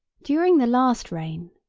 during the last reign,